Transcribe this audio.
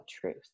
truth